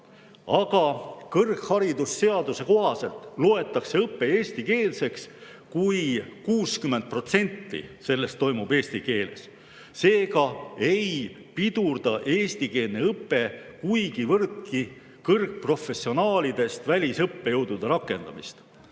aga kõrgharidusseaduse kohaselt loetakse õpe eestikeelseks, kui 60% sellest toimub eesti keeles. Seega ei pidurda eestikeelne õpe kuigivõrdki kõrgprofessionaalidest välisõppejõudude rakendamist.